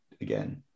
again